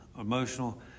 emotional